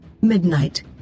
Midnight